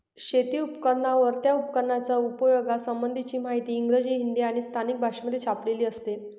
शेती उपकरणांवर, त्या उपकरणाच्या उपयोगा संबंधीची माहिती इंग्रजी, हिंदी आणि स्थानिक भाषेमध्ये छापलेली असते